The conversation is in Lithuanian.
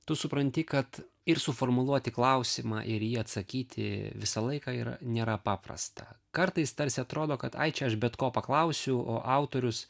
tu supranti kad ir suformuluoti klausimą ir į jį atsakyti visą laiką yra nėra paprasta kartais tarsi atrodo kad ai čia aš bet ko paklausiu o autorius